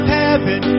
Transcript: heaven